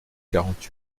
quarante